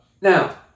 Now